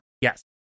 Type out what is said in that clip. Yes